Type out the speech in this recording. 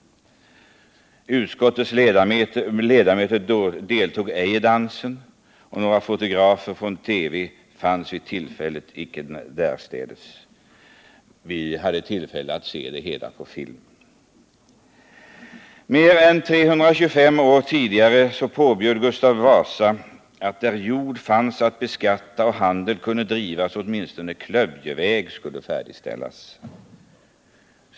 Utskottets ledamöter deltog ej i dansen, och några fotografer från TV fanns inte tillstädes. Vi hade tillfälle att se det hela på film. Mer än 325 år tidigare påbjöd Gustav Wasa att där jord fanns att beskatta och handel kunde drivas åtminstone klövjeväg skulle färdigställas.